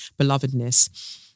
belovedness